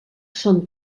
són